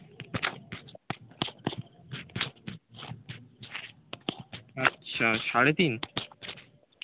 আচ্ছা সাড়ে তিন